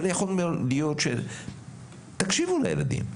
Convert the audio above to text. אבל תקשיבו לילדים,